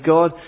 God